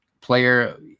player